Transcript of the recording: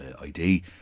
ID